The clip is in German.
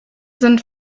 sind